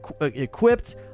equipped